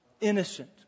innocent